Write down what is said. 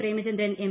Premachandran M